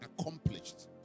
accomplished